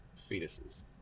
fetuses